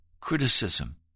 criticism